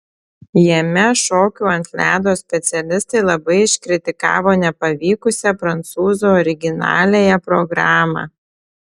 jame šokių ant ledo specialistai labai iškritikavo nepavykusią prancūzų originaliąją programą